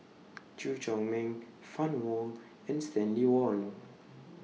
Chew Chor Meng Fann Wong and Stanley Warren